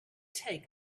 take